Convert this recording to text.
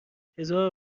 هزار